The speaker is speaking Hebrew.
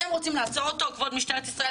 אתם רוצים לעצור אותו כבוד משטרת ישראל?